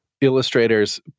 Illustrator's